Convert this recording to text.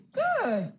good